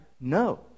No